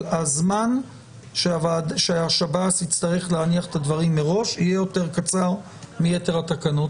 אבל הזמן שהשב"ס יצטרך להניח את הדברים מראש יהיה יותר קצר מיתר התקנות.